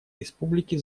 республики